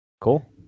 Cool